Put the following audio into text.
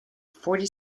forty